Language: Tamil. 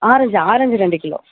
ஆரஞ்ச் ஆரஞ்சு ரெண்டு கிலோ